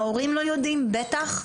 ההורים לא יודעים בטח,